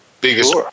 biggest